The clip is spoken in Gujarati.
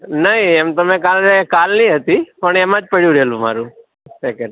નહીં એમ તો મેં કાલે કાલની હતી પણ એમ જ પડી રહેલું મારું પેકેટ